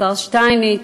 השר שטייניץ,